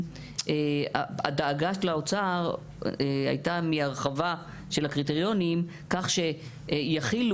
הדאגה של האוצר הייתה מהרחבה של הקריטריונים כך שיכילו